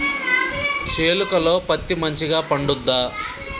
చేలుక లో పత్తి మంచిగా పండుద్దా?